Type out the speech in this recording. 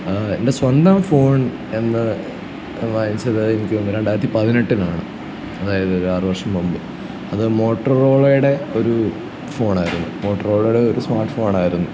എൻ്റെ സ്വന്തം ഫോൺ എന്ന് വാങ്ങിച്ചത് എനിക്ക് തോന്നുന്നു രണ്ടായിരത്തി പതിനെട്ടിലാണ് അതായത് ഒരാറു വർഷം മുമ്പ് അത് മോട്രോളോയേടെ ഒരു ഫോണായിരുന്നു മോട്രോളേടെ ഒരു സ്മാർട്ട് ഫോണായിരുന്നു